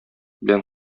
белән